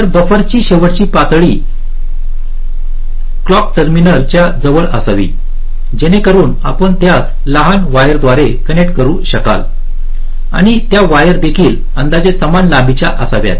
तर बफर ची शेवटची पातळी क्लिक टर्मिनल च्या जवळ असावी जेणेकरून आपण त्यास लहान वायर द्वारे कनेक्ट करू शकाल आणि त्या वायर देखील अंदाजे समान लांबीच्या असाव्यात